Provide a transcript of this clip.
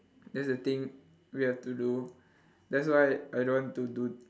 that's the thing we have to do that's why I don't want to do